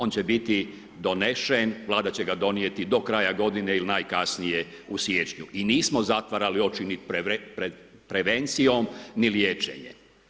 On će biti donesen, Vlada će ga donijeti do kraja godine, najkasnije u siječnju i nismo zatvarali oči pred prevencijom ni liječenje.